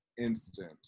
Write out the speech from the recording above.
instant